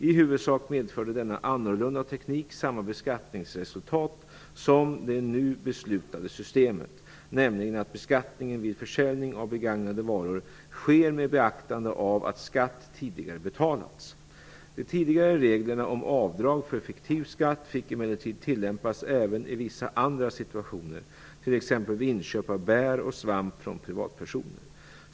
I huvudsak medförde denna annorlunda teknik samma beskattningsresultat som det nu beslutade systemet, nämligen att beskattningen vid försäljning av begagnade varor sker med beaktande av att skatt tidigare betalats. De tidigare reglerna om avdrag för fiktiv skatt fick emellertid tillämpas även i vissa andra situationer, t.ex. vid inköp av bär och svamp från privatpersoner.